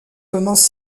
commence